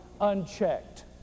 unchecked